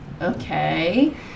okay